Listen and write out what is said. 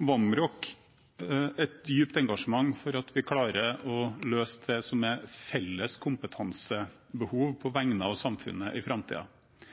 Vamraak et dypt engasjement for at vi klarer å løse det som er felles kompetansebehov på vegne av samfunnet i